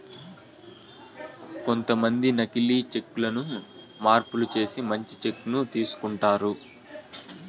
కొంతమంది నకీలి చెక్ లను మార్పులు చేసి మంచి చెక్ ను తీసుకుంటారు